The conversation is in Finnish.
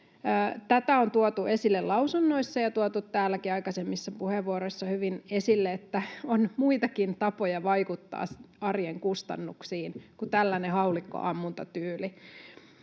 Tätä on tuotu esille lausunnoissa ja tuotu täälläkin aikaisemmissa puheenvuoroissa hyvin esille, että on muitakin tapoja vaikuttaa arjen kustannuksiin kuin tällainen haulikkoammuntatyyli.